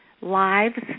lives